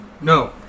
No